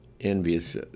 envious